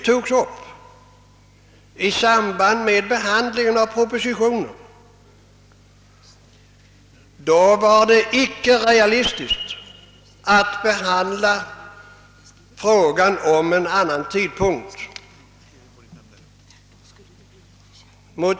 När den i samband med behandlingen av propositionen på nytt togs upp, var det icke realistiskt att behandla frågan om en annan tidpunkt för genomförandet av reformen.